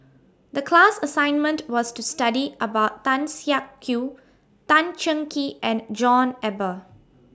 The class assignment was to study about Tan Siak Kew Tan Cheng Kee and John Eber